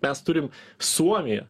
mes turim suomiją